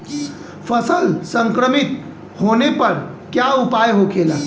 फसल संक्रमित होने पर क्या उपाय होखेला?